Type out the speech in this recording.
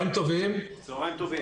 צוהריים טובים.